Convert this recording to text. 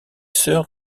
sœurs